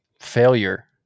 failure